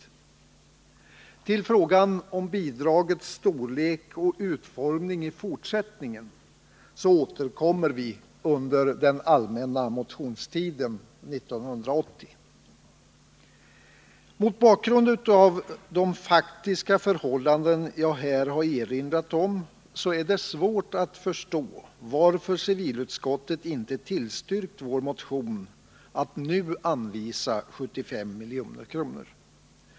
Nr 56 Till frågan om bidragets storlek och utformning i fortsättningen återkom = Tisdagen den mer vi under allmänna motionstiden 1980. 18 december 1979 Mot bakgrund av de faktiska förhållanden som jag här erinrat om är det svårt att förstå varför civilutskottet inte tillstyrkt förslaget i vår motion attnu — Vissa energibeanvisa 75 milj.kr.